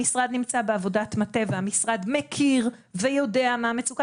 המשרד נמצא בעבודה מטה והמשרד מכיר ויודע מה המוצקה